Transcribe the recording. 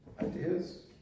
ideas